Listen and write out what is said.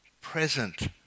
present